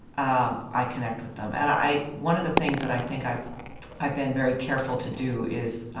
um i connect with them. and i one of the things that i think i've i've been very careful to do is